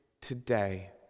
today